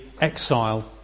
exile